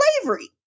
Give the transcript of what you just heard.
slavery